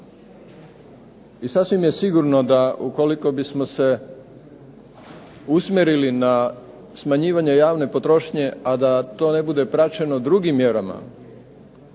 I sasvim je sigurno da ukoliko bismo se usmjerili na smanjivanje javne potrošnje, a da to ne bude praćeno drugim mjerama,